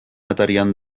atarian